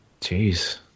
Jeez